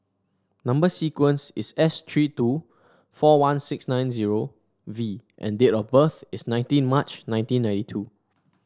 number sequence is S three two four one six nine zero V and date of birth is nineteen March nineteen ninety two